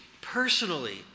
personally